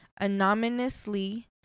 anonymously